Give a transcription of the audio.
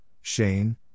Shane